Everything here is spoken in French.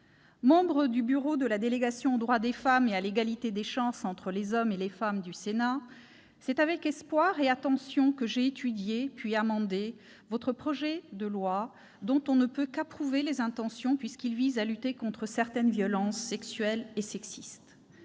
membre du bureau de la délégation aux droits des femmes et à l'égalité des chances entre les hommes et les femmes du Sénat, c'est avec espoir et attention que j'ai étudié puis amendé ce projet de loi dont on ne peut qu'approuver les intentions, puisqu'il vise à lutter contre certaines violences sexuelles et sexistes.